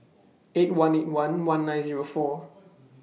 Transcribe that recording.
eight one eight one one nine Zero four